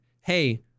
hey